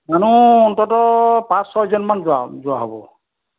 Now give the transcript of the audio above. মানুহ অন্তত পাঁচ ছয়জনমান যোৱা যোৱা হ'ব